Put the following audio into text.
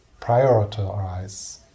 prioritize